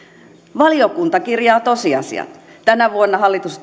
valiokunta kirjaa tosiasiat tänä vuonna hallitus